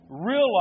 realize